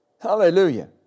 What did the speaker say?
Hallelujah